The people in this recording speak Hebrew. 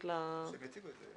הם יציגו את זה.